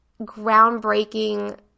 groundbreaking